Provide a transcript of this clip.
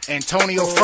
Antonio